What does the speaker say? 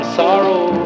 sorrow